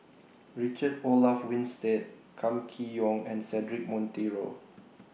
Richard Olaf Winstedt Kam Kee Yong and Cedric Monteiro